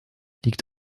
liegt